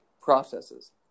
processes